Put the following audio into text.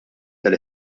tal